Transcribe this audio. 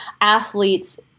athletes